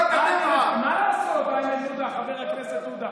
מה לעשות, איימן עודה, חבר הכנסת עודה?